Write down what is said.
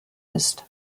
ist